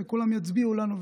וכולם יצביעו לנו,